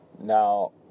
Now